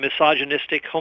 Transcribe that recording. misogynistic